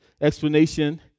explanation